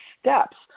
steps